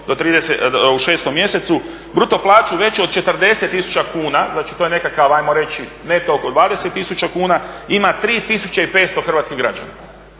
u 6 mjesecu. Bruto plaću veću od 40 tisuća kuna, znači to je nekakav ajmo reći neto oko 20 tisuća kuna, ima 3500 hrvatskih građana,